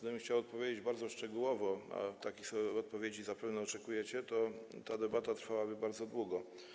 Gdybym chciał odpowiedzieć bardzo szczegółowo, a takich odpowiedzi zapewne oczekujecie, to ta debata trwałaby bardzo długo.